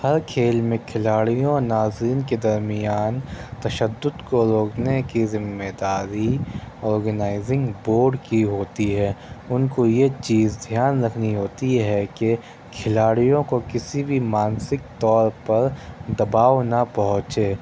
ہر کھیل میں کھلاڑیوں اور ناظرین کے درمیان تشدد کو روکنے کی ذمہ داری اورگنائزنگ بورڈ کی ہوتی ہے اُن کو یہ چیز دھیان رکھنی ہوتی ہے کہ کھلاڑیوں کو کسی بھی مانسک طور پر دباؤ نہ پہنچے